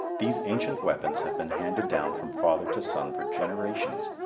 these ancient weapons have been handed down from father to son for generations,